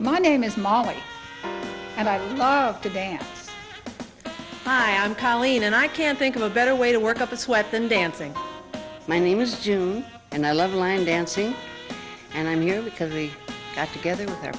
my name is molly and i love to dance hi i'm colleen and i can't think of a better way to work up a sweat than dancing my name is june and i love line dancing and i'm new because we